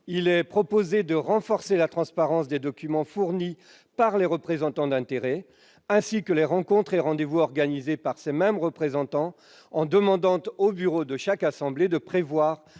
Il est proposé de renforcer la transparence des documents fournis par les représentants d'intérêts, ainsi que des rencontres et rendez-vous organisés par ces mêmes représentants en demandant au bureau de chaque assemblée de prévoir